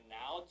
now